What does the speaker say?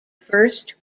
first